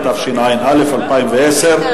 התשע"א 2010,